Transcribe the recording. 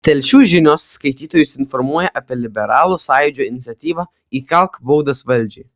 telšių žinios skaitytojus informuoja apie liberalų sąjūdžio iniciatyvą įkalk baudas valdžiai